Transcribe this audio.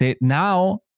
Now